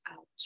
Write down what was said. out